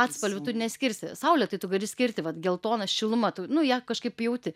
atspalvių tu neskirsi saulė tai tu gali skirti vat geltona šiluma tu nu ją kažkaip jauti